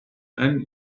and